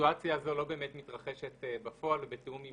הסיטואציה הזאת לא באמת מתרחשת בפועל ובתיאום עם